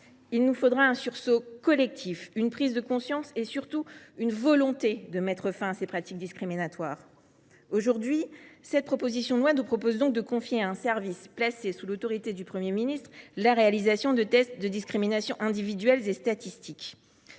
Il nous faudra un sursaut collectif, une prise de conscience et, surtout, une volonté de mettre fin à ces pratiques discriminatoires. Aujourd’hui, cette proposition de loi prévoit de confier à un service placé sous l’autorité du Premier ministre la réalisation de tests de discrimination individuels et statistiques.